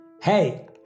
Hey